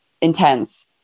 intense